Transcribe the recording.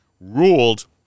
ruled